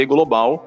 Global